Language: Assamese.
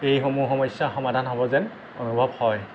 এইসমূহ সমস্যা সমাধান হ'ব যেন অনুভৱ হয়